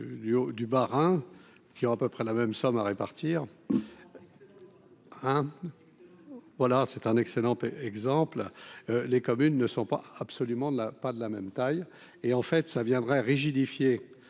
du Bas-Rhin, qui ont à peu près la même somme à répartir, hein, voilà, c'est un excellent exemple, les communes ne sont pas absolument la pas de la même taille et en fait ça viendrait rigidifier